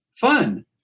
fun